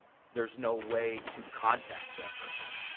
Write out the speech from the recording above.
there's no way to contact that person.